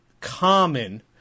common